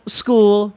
school